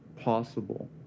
possible